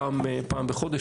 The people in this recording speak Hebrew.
פעם בחודש,